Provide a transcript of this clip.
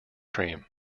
cream